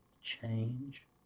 change